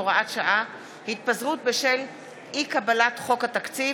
הוראת שעה) (התפזרות בשל אי-קבלת חוק התקציב),